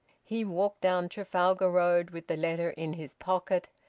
he walked down trafalgar road with the letter in his pocket,